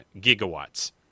gigawatts